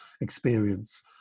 experience